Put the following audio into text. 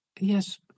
Yes